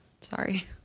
sorry